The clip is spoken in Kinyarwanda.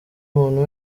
muntu